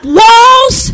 walls